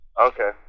Okay